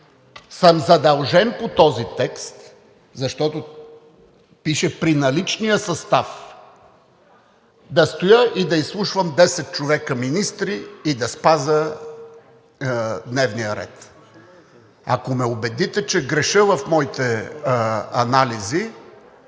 съм задължен по този текст, защото пише: „при наличния състав“, да стоя и да изслушвам 10 човека министри и да спазя дневния ред. Ако ме убедите, че греша в моите анализи,